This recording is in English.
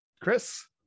Chris